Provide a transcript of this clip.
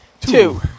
Two